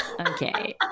Okay